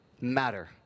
matter